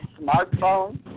smartphone